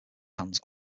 hands